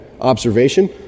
observation